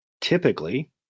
typically